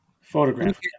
photograph